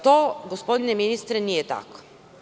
To, gospodine ministre, nije tako.